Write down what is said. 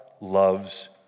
loves